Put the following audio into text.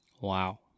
Wow